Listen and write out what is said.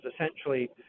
essentially